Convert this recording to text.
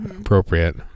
appropriate